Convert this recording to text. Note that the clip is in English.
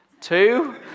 Two